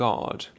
God